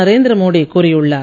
நரேந்திரமோடி கூறியுள்ளார்